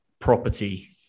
property